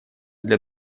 для